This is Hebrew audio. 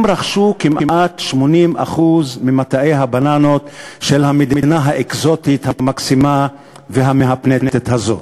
לרכוש כמעט 80% ממטעי הבננות של המדינה האקזוטית המקסימה והמהפנטת הזו,